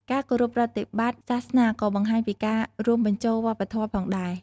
ការគោរពប្រតិបត្តិសាសនាក៏បង្ហាញពីការរួមបញ្ចូលវប្បធម៌ផងដែរ។